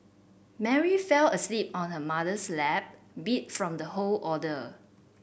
Mary fell asleep on her mother's lap beat from the whole order